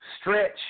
stretch